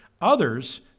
Others